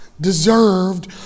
deserved